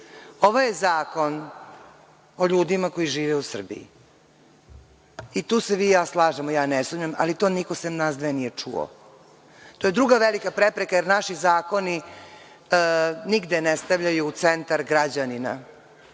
Ovo je zakon o ljudima koji žive u Srbiji, i tu se vi i ja slažemo, ja ne sumnjam, ali to niko sem nas dve nije čuo. To je druga velika prepreka, jer naši zakoni nigde ne stavljaju u centar građanina.